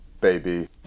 baby